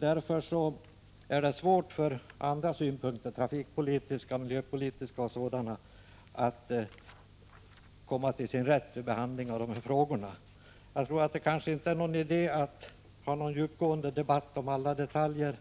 Därför är det svårt för andra synpunkter — trafikpolitiska, miljöpolitiska och 125 sådana — att komma till sin rätt vid behandlingen av dessa frågor. Det är kanske inte någon idé att nu ha en djupgående debatt om alla detaljer.